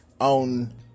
on